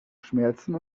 schmerzen